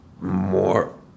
more